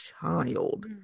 child